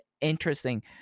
interesting